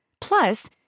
Plus